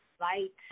light